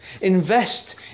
Invest